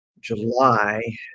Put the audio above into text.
july